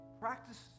practice